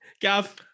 Gav